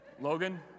Logan